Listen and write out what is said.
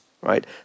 right